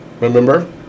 remember